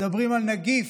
מדברים על נגיף,